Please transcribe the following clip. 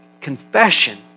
confession